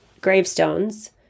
gravestones